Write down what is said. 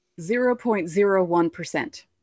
0.01%